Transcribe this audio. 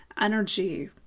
energy